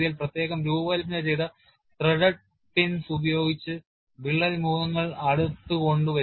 പ്രത്യേകം രൂപകൽപ്പന ചെയ്ത threaded പിൻസ് ഉപയോഗിച്ച് വിള്ളൽ മുഖങ്ങൾ അടുത്ത് കൊണ്ടുവരുന്നു